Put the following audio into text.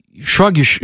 shrug